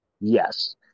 Yes